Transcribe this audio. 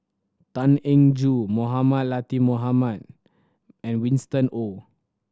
Tan Eng Joo Mohamed Latiff Mohamed and Winston Oh